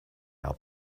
out